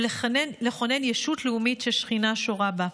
ולכונן ישות לאומית ששכינה שורה בה.